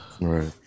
Right